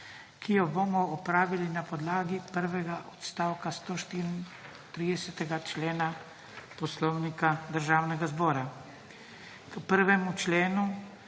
ki jo bomo opravili na podlagi prvega odstavka 140. člena Poslovnika Državnega zbora. V